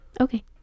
okay